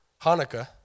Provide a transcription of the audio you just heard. Hanukkah